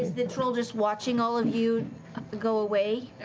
the troll just watching all of you go away?